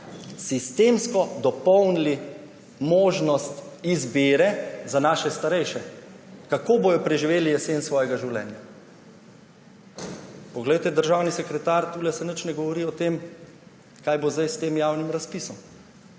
sistemsko dopolnili možnost izbire za naše starejše, kako bodo preživeli jesen svojega življenja. Poglejte, državni sekretar, tule se nič ne govori o tem, kaj bo zdaj s tem javnim razpisom.